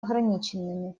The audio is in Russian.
ограниченными